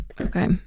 Okay